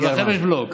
גם לכם יש בלוק,